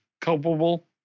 culpable